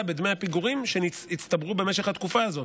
בדמי הפיגורים שהצטברו במשך התקופה הזאת.